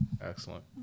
Excellent